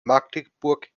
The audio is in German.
magdeburg